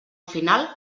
final